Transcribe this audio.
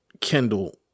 Kendall